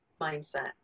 mindset